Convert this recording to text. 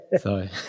sorry